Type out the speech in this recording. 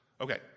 Okay